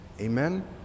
amen